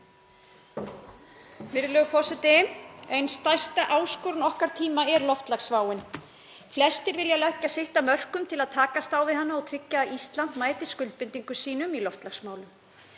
Virðulegur forseti. Ein stærsta áskorun okkar tíma er loftslagsváin. Flestir vilja leggja sitt af mörkum til að takast á við hana og tryggja að Ísland mæti skuldbindingum sínum í loftslagsmálum.